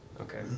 Okay